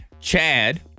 Chad